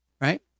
right